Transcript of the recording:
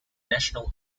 national